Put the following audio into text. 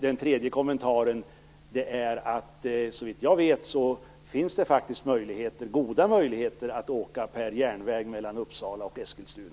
Den tredje kommentaren är att det, såvitt jag vet, finns goda möjligheter att åka per järnväg mellan